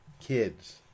Kids